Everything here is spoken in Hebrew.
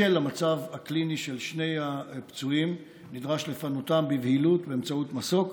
בשל המצב הקליני של שני הפצועים נדרש לפנותם בבהילות באמצעות מסוק,